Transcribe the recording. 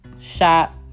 Shop